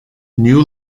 new